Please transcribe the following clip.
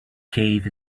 cave